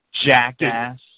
jackass